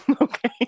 Okay